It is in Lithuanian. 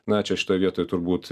na čia šitoj vietoj turbūt